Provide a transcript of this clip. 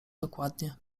dokładnie